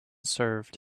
served